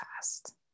fast